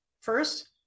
first